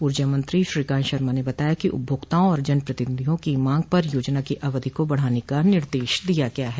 ऊर्जा मंत्री श्रीकांत शर्मा ने बताया कि उपभोक्ताओं और जनप्रतिनिधियों की मांग पर योजना की अवधि को बढ़ाने का निर्देश दिया गया है